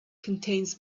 contains